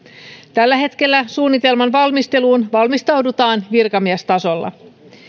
tällä hetkellä suunnitelman valmisteluun valmistaudutaan virkamiestasolla